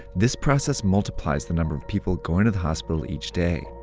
this process multiplies the number of people going to the hospital each day.